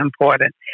important